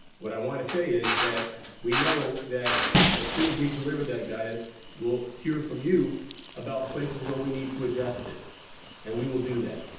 what i want to say is that we know that as soon as we've delivered that guidance we'll hear from you about places where we need to adjust it and we will do that.